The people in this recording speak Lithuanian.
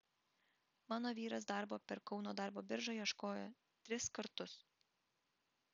mano vyras darbo per kauno darbo biržą ieškojo tris kartus